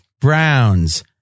Browns